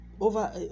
over